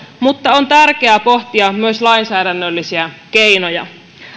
mutta on tärkeää pohtia myös lainsäädännöllisiä keinoja